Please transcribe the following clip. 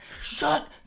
Shut